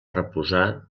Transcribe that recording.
reposar